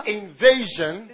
invasion